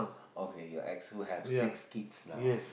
okay your ex who have six kids now